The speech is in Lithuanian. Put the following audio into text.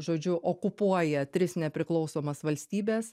žodžiu okupuoja tris nepriklausomas valstybes